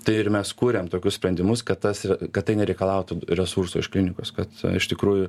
tai ir mes kuriam tokius sprendimus kad tas re kad tai nereikalautų resurso iš klinikos kad iš tikrųjų